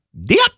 dip